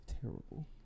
terrible